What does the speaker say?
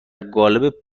قالب